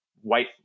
white